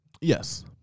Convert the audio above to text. Yes